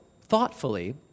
thoughtfully